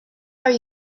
are